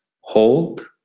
Hold